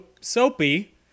Soapy